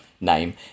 name